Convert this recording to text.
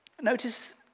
Notice